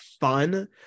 fun